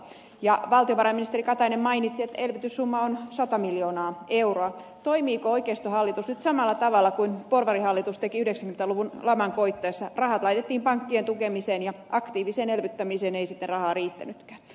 ja valtiovarainministeri katainen mainitsi elvytyssumma on sata miljoonaa euroa toimiiko oikeistohallitus samalla tavalla kuin porvarihallitus teki yhdeksän pääluvun laman koittaessa rahat laitettiin pankkien tukemiseen ja aktiivisen elvyttämisen ei sitä rahaa riittänytkään